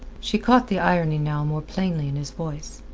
she caught the irony now more plainly in his voice.